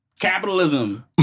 Capitalism